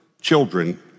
children